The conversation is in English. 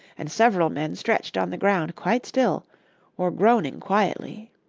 and several men stretched on the ground quite still or groaning quietly.